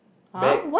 bag